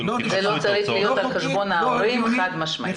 זה לא צריך להיות על חשבון ההורים, חד משמעית.